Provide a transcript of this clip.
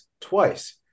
twice